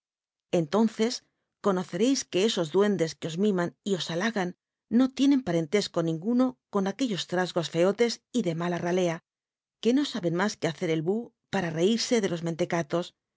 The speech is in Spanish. conoccr is que esos tlncucle que o miman y os halagan no licuen parentesco ningnno con nt ncllo t l'a g feote y de mala ralea que no aljo'n mú qne h ctr el bú para reirse de lo mcntcc